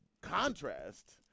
contrast